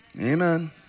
Amen